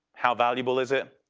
how valuable is it?